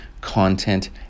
content